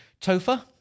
Topher